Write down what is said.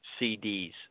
CDs